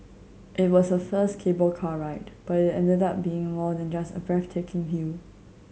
it was her first cable car ride but it ended up being more than just a breathtaking view